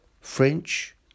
French